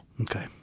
Okay